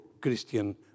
Christian